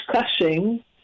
discussing